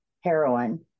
heroin